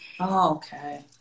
okay